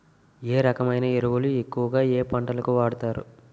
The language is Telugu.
ఏ రకమైన ఎరువులు ఎక్కువుగా ఏ పంటలకు వాడతారు?